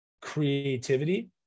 creativity